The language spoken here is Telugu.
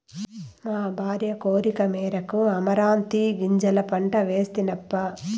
మా భార్య కోరికమేరకు అమరాంతీ గింజల పంట వేస్తినప్పా